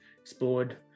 explored